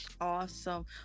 Awesome